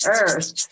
earth